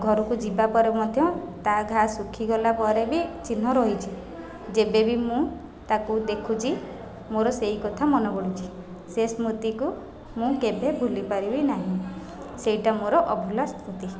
ଘରକୁ ଯିବା ପରେ ମଧ୍ୟ ତା ଘା' ଶୁଖିଗଲା ପରେ ବି ଚିହ୍ନ ରହିଛି ଯେବେ ବି ମୁଁ ତାକୁ ଦେଖୁଛି ମୋ'ର ସେଇ କଥା ମନେ ପଡ଼ୁଛି ସେ ସ୍ମୃତିକୁ ମୁଁ କେବେ ଭୁଲି ପାରିବି ନାହିଁ ସେଇଟା ମୋ'ର ଅଭୁଲା ସ୍ମୃତି